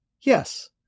Yes